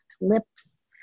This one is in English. lips